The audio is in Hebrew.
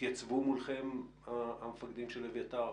התייצבו מולכם המפקדים של אביתר?